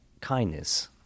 kindness